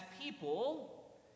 people